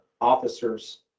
officers